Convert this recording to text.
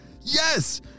Yes